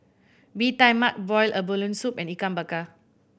Bee Tai Mak boiled abalone soup and Ikan Bakar